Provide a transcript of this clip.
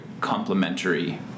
complementary